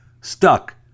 stuck